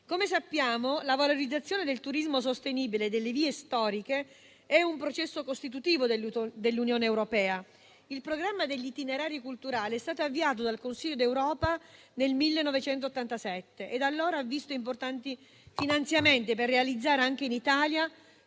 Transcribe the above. Come sappiamo, la valorizzazione del turismo sostenibile e delle vie storiche è un processo costitutivo dell'Unione europea. Il programma degli itinerari culturali è stato avviato dal Consiglio d'Europa nel 1987 e da allora ha visto importanti finanziamenti per realizzare anche in Italia